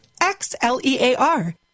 X-L-E-A-R